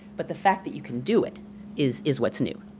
but the fact that you can do it is is what's new.